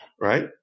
right